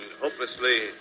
hopelessly